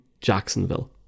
jacksonville